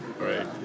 Right